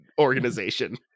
organization